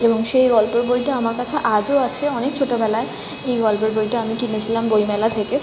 এবং সেই গল্পের বইটা আমার কাছে আজও আছে অনেক ছোটবেলায় এই গল্পের বইটা আমি কিনেছিলাম বইমেলা থেকে